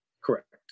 Correct